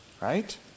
right